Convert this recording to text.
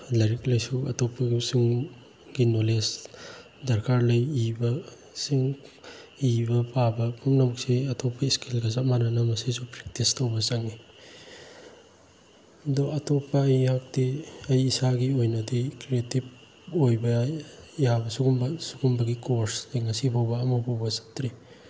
ꯂꯥꯏꯔꯤꯛ ꯂꯥꯏꯁꯨ ꯑꯇꯣꯞꯄꯁꯤꯡꯒꯤ ꯅꯣꯂꯦꯖ ꯗꯔꯀꯥꯔ ꯂꯩ ꯏꯕꯁꯤꯡ ꯏꯕ ꯄꯥꯕ ꯄꯨꯝꯅꯃꯛꯁꯦ ꯑꯇꯣꯞꯄ ꯁ꯭ꯀꯤꯜꯒ ꯆꯞ ꯃꯥꯅꯅ ꯃꯁꯤꯁꯨ ꯄ꯭ꯔꯦꯛꯇꯤꯁ ꯇꯧꯕ ꯆꯪꯏ ꯑꯗꯣ ꯑꯇꯣꯞꯄ ꯑꯩꯍꯥꯛꯇꯤ ꯑꯩ ꯏꯁꯥꯒꯤ ꯑꯣꯏꯅꯗꯤ ꯀ꯭ꯔꯦꯇꯤꯞ ꯑꯣꯏꯕ ꯌꯥꯕ ꯁꯤꯒꯨꯝꯕ ꯁꯤꯒꯨꯝꯕꯒꯤ ꯀꯣꯔꯁ ꯑꯩ ꯉꯁꯤꯐꯥꯎꯕ ꯑꯃꯐꯥꯎꯕ ꯆꯠꯇ꯭ꯔꯤ